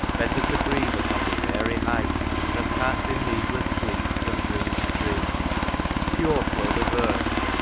better to breathe upon this aery height than pass in needless sleep from dream to dream pure flow the verse,